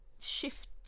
shift